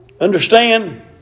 Understand